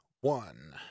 one